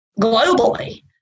globally